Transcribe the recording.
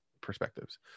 perspectives